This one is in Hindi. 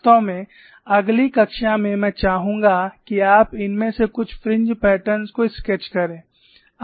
वास्तव में अगली कक्षा में मैं चाहूंगा कि आप इनमें से कुछ फ्रिंज पैटर्न को स्केच करें